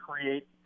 create